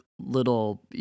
little